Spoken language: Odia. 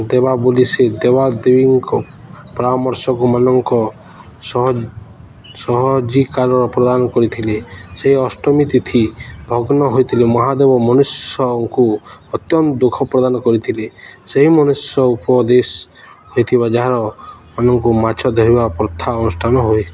ଦେବା ବୋଲି ସେ ଦେବାଦେବୀଙ୍କ ପରାମର୍ଶକୁ ମାନଙ୍କ ସହଜିକାର ପ୍ରଦାନ କରିଥିଲେ ସେହି ଅଷ୍ଟମୀତିଥି ଭଗ୍ନ ହୋଇଥିଲେ ମହାଦେବ ମନୁଷ୍ୟଙ୍କୁ ଅତ୍ୟନ୍ତ ଦୁଃଖ ପ୍ରଦାନ କରିଥିଲେ ସେହି ମନୁଷ୍ୟ ଉପଦେଶ ହୋଇଥିବା ଯାହାର ମାନଙ୍କୁ ମାଛ ଧରିବା ପ୍ରଥା ଅନୁଷ୍ଠାନ ହୁଏ